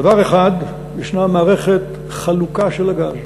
דבר אחד הוא שישנה מערכת חלוקה של הגז.